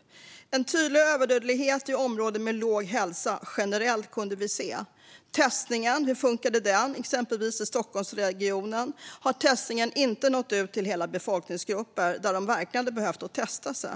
Vi kunde se en tydlig överdödlighet i områden med låg hälsa generellt. Hur funkade testningen? Exempelvis i Stockholmsregionen har testningen inte nått ut till alla befolkningsgrupper som verkligen hade behövt testa sig,